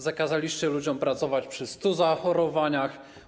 Zakazaliście ludziom pracować przy 100 zachorowaniach.